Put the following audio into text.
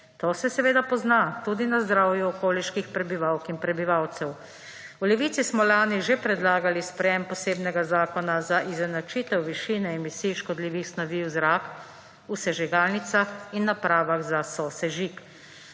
To se seveda pozna tudi na zdravju okoliških prebivalk in prebivalcev. V Levici smo lani že predlagali sprejem posebnega zakona za izenačitev višine emisij škodljivih snovi v zrak v sežigalnicah in napravah za sosežig